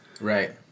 Right